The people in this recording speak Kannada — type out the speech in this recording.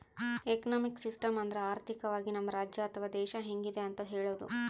ಎಕನಾಮಿಕ್ ಸಿಸ್ಟಮ್ ಅಂದ್ರ ಆರ್ಥಿಕವಾಗಿ ನಮ್ ರಾಜ್ಯ ಅಥವಾ ದೇಶ ಹೆಂಗಿದೆ ಅಂತ ಹೇಳೋದು